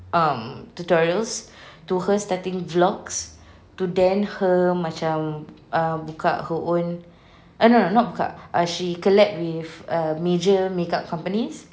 um tutorials to her starting vlogs to then her macam err buka her own ah no no not buka ah she collab with major makeup companies